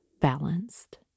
balanced